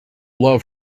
love